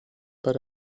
but